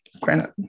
Granite